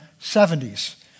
70s